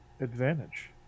advantage